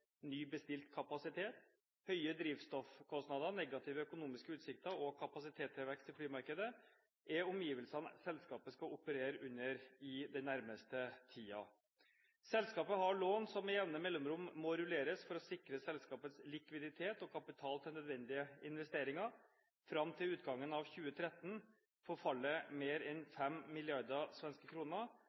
ny bestilt kapasitet. Høye drivstoffkostnader, negative økonomiske utsikter og kapasitetstilvekst i flymarkedet er omgivelsene selskapet skal operere under i den nærmeste tiden. Selskapet har lån som med jevne mellomrom må rulleres for å sikre selskapets likviditet og kapital til nødvendige investeringer. Fram til utgangen av 2013 forfaller mer enn 5 mrd. svenske kroner